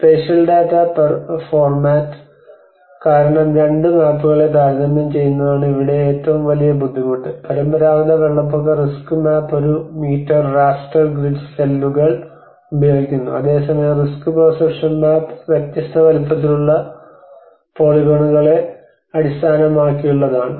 spatial data format കാരണം രണ്ട് മാപ്പുകളെ താരതമ്യം ചെയ്യുന്നതാണ് ഇവിടെ ഏറ്റവും വലിയ ബുദ്ധിമുട്ട് പരമ്പരാഗത വെള്ളപ്പൊക്ക റിസ്ക് മാപ്പ് ഒരു മീറ്റർ റാസ്റ്റർ ഗ്രിഡ് സെല്ലുകൾ ഉപയോഗിക്കുന്നു അതേസമയം റിസ്ക് പെർസെപ്ഷൻ മാപ്പ് വ്യത്യസ്ത വലുപ്പത്തിലുള്ള പോളിഗോണുകളെ അടിസ്ഥാനമാക്കിയുള്ളതാണ്